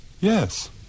Yes